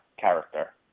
character